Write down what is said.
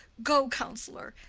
go, counsellor!